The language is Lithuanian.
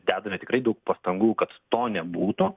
dedame tikrai daug pastangų kad to nebūtų